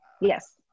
Yes